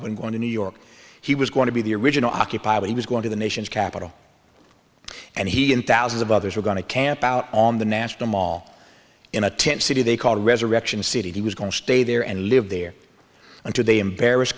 when going to new york he was going to be the original occupy when he was going to the nation's capital and he and thousands of others were going to camp out on the national mall in a tent city they call resurrection city he was going to stay there and live there until they embarrass